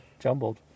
jumbled